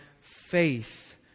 faith